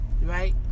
Right